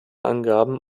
angaben